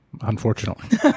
Unfortunately